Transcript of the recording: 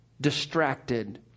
distracted